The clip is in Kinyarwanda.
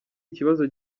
ikibazo